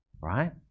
right